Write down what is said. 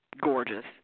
gorgeous